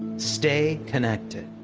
stay connected.